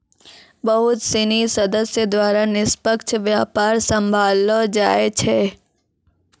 बहुत सिनी सदस्य द्वारा निष्पक्ष व्यापार सम्भाललो जाय छै